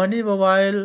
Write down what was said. money mobile